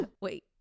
Wait